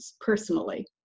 personally